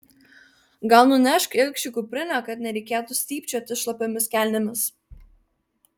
gal nunešk ilgšiui kuprinę kad nereikėtų stypčioti šlapiomis kelnėmis